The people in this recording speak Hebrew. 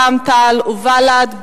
רע"ם-תע"ל ובל"ד.